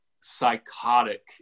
psychotic